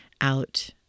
out